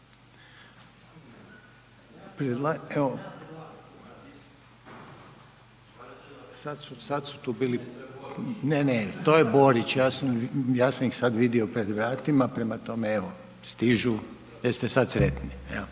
Željko (HDZ)** Ne, ne, to je Borić, ja sam ih sad vidio pred vratima, prema tome evo, stižu, jeste sad sretni? Rekao